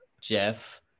Jeff